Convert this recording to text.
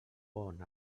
bon